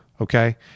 okay